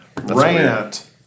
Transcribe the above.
rant